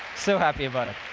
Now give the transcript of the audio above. so happy about it.